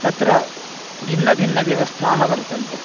तत्र भिन्नभिन्नव्यवस्थाः वर्तन्ते